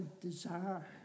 desire